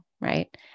right